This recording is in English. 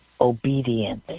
Obedience